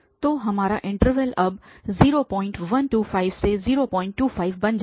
तो हमारा इन्टरवल अब 0125025 बन जाएगा